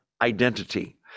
identity